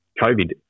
COVID